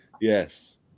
Yes